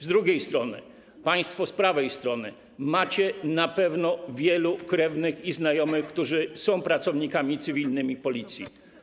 Z drugiej strony, państwo z prawej strony, macie na pewno wielu krewnych i znajomych, którzy są pracownikami cywilnymi Policji.